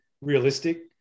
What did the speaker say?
realistic